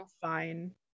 fine